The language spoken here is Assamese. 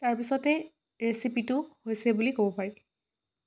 তাৰপিছতেই ৰেচিপিটো হৈছে বুলি ক'ব পাৰি